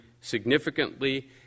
significantly